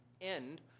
end